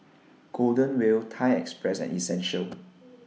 Golden Wheel Thai Express and Essential